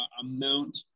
amount